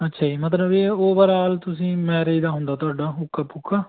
ਅੱਛਾ ਜੀ ਮਤਲਬ ਇਹ ਓਵਰਆਲ ਤੁਸੀਂ ਮੈਰਿਜ ਦਾ ਹੁੰਦਾ ਤੁਹਾਡਾ ਉੱਕਾ ਪੁੱਕਾ